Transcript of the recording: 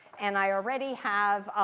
and i already have,